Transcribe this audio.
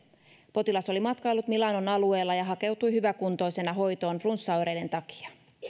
potilas oli matkaillut milanon alueella ja hakeutui hyväkuntoisena hoitoon flunssaoireiden takia